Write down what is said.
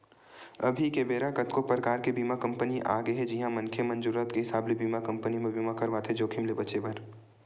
अभी के बेरा कतको परकार के बीमा कंपनी आगे हे जिहां मनखे मन जरुरत के हिसाब ले बीमा कंपनी म बीमा करवाथे जोखिम ले बचें बर